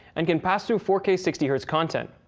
and can passthrough four k sixty hz content.